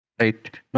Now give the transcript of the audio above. Right